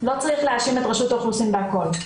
לא צריך להאשים את רשות האוכלוסין בכול.